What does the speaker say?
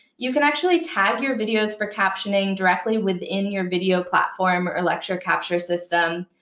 you can actually tag your videos for captioning directly within your video platform or lecture capture system.